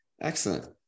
Excellent